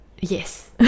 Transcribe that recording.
yes